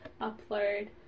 upload